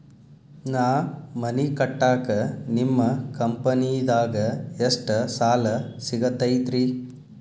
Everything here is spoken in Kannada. ನಾ ಮನಿ ಕಟ್ಟಾಕ ನಿಮ್ಮ ಕಂಪನಿದಾಗ ಎಷ್ಟ ಸಾಲ ಸಿಗತೈತ್ರಿ?